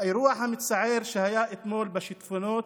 והאירוע המצער שהיה אתמול בשיטפונות